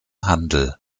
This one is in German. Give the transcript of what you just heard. handel